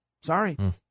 Sorry